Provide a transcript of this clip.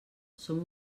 som